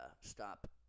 stop